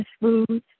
foods